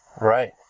Right